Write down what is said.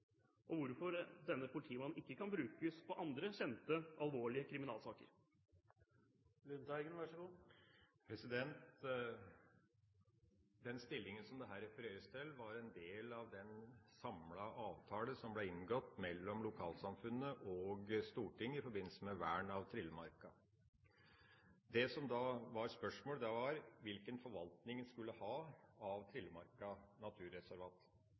Og hvorfor kan ikke denne politimannen brukes på andre kjente, alvorlige kriminalsaker? Den stillinga som det her refereres til, var en del av den samlede avtalen som ble inngått mellom lokalsamfunnet og Stortinget i forbindelse med vern av Trillemarka. Det som var spørsmålet, var hvilken forvaltning en skulle ha av Trillemarka naturreservat.